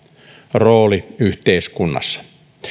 rooli yhteiskunnassa